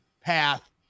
path